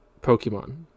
Pokemon